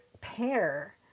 pair